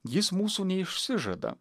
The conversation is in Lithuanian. jis mūsų neišsižada